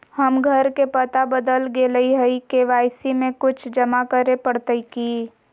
हमर घर के पता बदल गेलई हई, के.वाई.सी में कुछ जमा करे पड़तई की?